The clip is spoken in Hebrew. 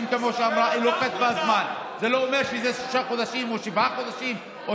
זה לא שישה חודשים, כמו שאמרו.